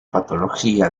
patología